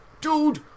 Dude